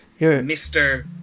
Mr